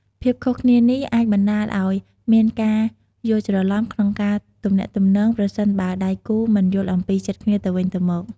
ភាពខុសគ្នានេះអាចបណ្ដាលឱ្យមានការយល់ច្រឡំក្នុងការទំនាក់ទំនង ប្រសិនបើដៃគូមិនយល់អំពីចិត្តគ្នាទៅវិញទៅមក។